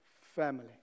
family